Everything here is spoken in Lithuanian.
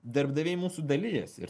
darbdaviai mūsų dalijas ir